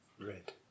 red